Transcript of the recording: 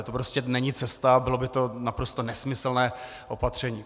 To prostě není cesta a bylo by to naprosto nesmyslné opatření.